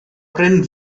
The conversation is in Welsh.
bryn